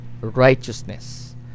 righteousness